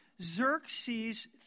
Xerxes